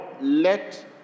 let